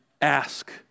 ask